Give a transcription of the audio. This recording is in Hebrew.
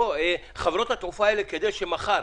כדי שמחר